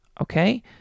okay